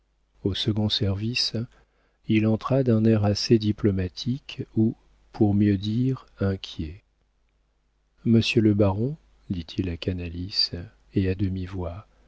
au second service il entra d'un air assez diplomatique ou pour mieux dire inquiet monsieur le baron dit-il à canalis et à